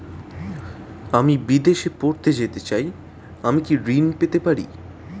আমি বিদেশে পড়তে যেতে চাই আমি কি ঋণ পেতে পারি?